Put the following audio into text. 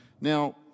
now